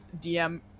DM